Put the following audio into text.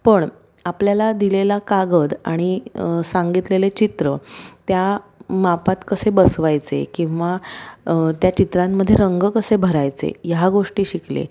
पण आपल्याला दिलेला कागद आणि सांगितलेले चित्र त्या मापात कसे बसवायचे किंवा त्या चित्रांमध्ये रंग कसे भरायचे ह्या गोष्टी शिकले